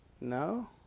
No